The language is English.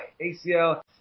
ACL